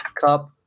Cup